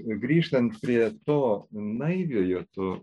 grįžtant prie to naiviojo to